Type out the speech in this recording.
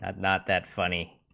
and not that funny